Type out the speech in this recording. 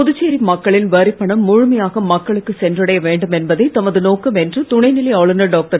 புதுச்சேரி மக்களின் வரிப்பணம் முழுமையாக மக்களுக்கு சென்றடைய வேண்டுமென்பதே தமது நோக்கம் என்று துணைநிலை ஆளுனர் டாக்டர்